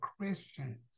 Christians